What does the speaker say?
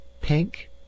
pink